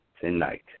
tonight